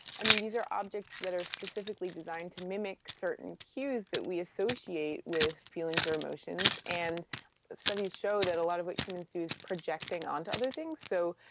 these are objects that are specifically designed to mimic certain cues that we associate with feelings or emotions, and studies show that a lot of what humans do is projecting onto other things. so,